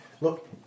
Look